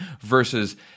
versus